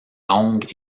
longue